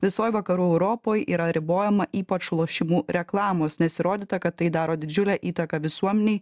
visoj vakarų europoj yra ribojama ypač lošimų reklamos nes įrodyta kad tai daro didžiulę įtaką visuomenei